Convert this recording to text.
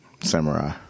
samurai